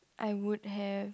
I would have